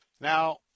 Now